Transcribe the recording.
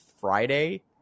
Friday